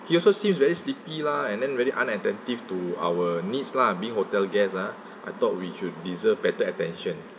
he also seems very sleepy lah and then very unattractive to our needs lah being hotel guest ah I thought we should deserve better attention